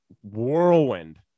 whirlwind